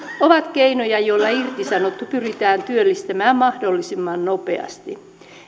ovat keinoja joilla irtisanottu pyritään työllistämään mahdollisimman nopeasti